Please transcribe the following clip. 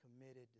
committed